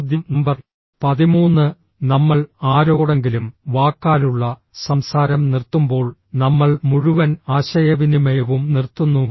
ചോദ്യം നമ്പർ 13 നമ്മൾ ആരോടെങ്കിലും വാക്കാലുള്ള സംസാരം നിർത്തുമ്പോൾ നമ്മൾ മുഴുവൻ ആശയവിനിമയവും നിർത്തുന്നു